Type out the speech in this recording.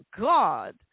God